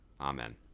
amen